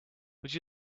would